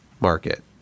market